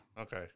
Okay